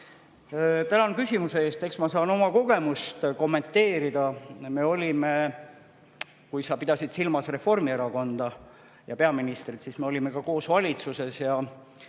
Tänan küsimuse eest! Eks ma saan oma kogemust kommenteerida, kui sa pidasid silmas Reformierakonda ja peaministrit. Me olime koos valitsuses ja